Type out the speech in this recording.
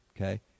okay